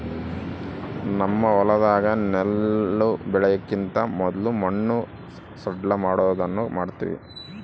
ನಮ್ಮ ಹೊಲದಾಗ ನೆಲ್ಲು ಬೆಳೆಕಿಂತ ಮೊದ್ಲು ಮಣ್ಣು ಸಡ್ಲಮಾಡೊದನ್ನ ಮಾಡ್ತವಿ